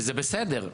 וזה בסדר,